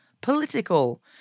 political